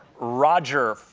roger.